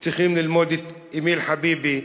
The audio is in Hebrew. צריכים ללמוד את אמיל חביבי,